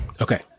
Okay